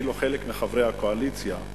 ואפילו חלק מחברי הקואליציה,